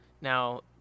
now